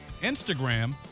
Instagram